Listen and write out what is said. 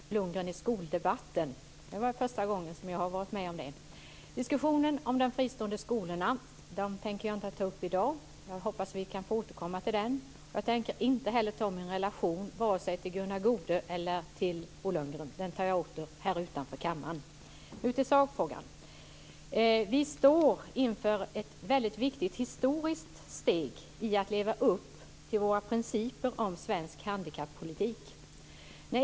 Herr talman! Först får jag välkomna Bo Lundgren i skoldebatten. Det var första gången som jag har varit med om det. Diskussionen om de fristående skolorna tänker jag inte ta upp i dag. Jag hoppas att vi kan få återkomma till den. Jag tänker inte heller ta upp min relation vare sig till Gunnar Goude eller till Bo Lundgren. Det tar jag upp utanför kammaren. Nu till sakfrågan. Vi står inför ett väldigt viktigt historiskt steg när det gäller att leva upp till våra principer om svensk handikappolitik.